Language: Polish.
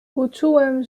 uczułem